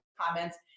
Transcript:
comments